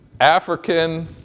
African